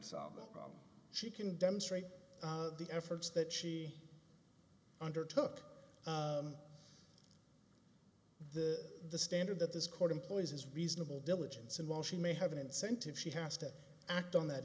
solve a problem she can demonstrate the efforts that she undertook the standard that this court employs is reasonable diligence and while she may have an incentive she has to act on that